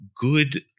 good